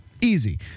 Easy